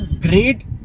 great